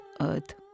earth